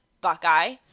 Buckeye